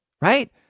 right